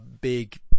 big